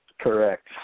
Correct